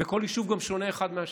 וכל יישוב גם שונה אחד מהשני.